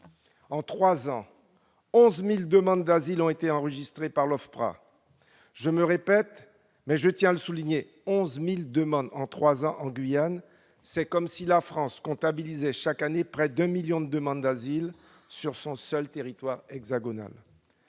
En trois ans, 11 000 demandes d'asile ont été enregistrées par l'OFPRA. Je le répète pour mieux le souligner : 11 000 demandes en trois ans en Guyane, c'est comme si la France comptabilisait chaque année près d'un million de demandes d'asile sur son seul territoire hexagonal.